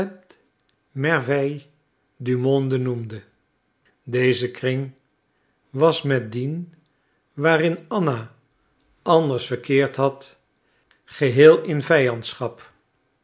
merveilles du monde noemde deze kring was met dien waarin anna anders verkeerd had geheel in